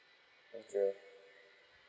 okay